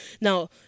Now